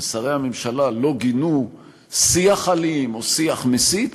ושרי הממשלה לא גינו שיח אלים או שיח מסית?